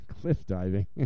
cliff-diving